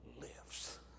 lives